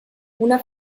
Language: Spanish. una